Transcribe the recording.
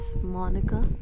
Monica